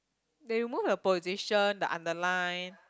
they remove your position the underline